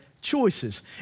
choices